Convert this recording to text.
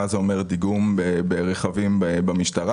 מה זה אומר דיגום ברכבים במשטרה?